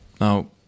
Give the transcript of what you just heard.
Now